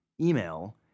email